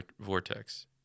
vortex